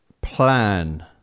plan